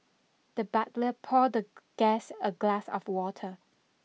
the butler poured the guest a glass of water